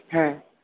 হ্যাঁ